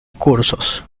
cursos